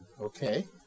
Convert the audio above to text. Okay